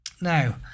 Now